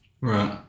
Right